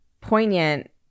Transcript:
poignant